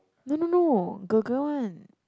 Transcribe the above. no no no girl girl one